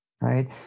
right